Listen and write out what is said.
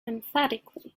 emphatically